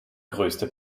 größte